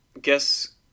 guess